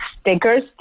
stickers